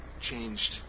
changed